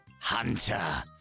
Hunter